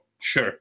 sure